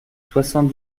soixante